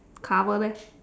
cover leh